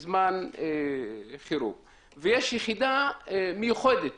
יש יחידה מיוחדת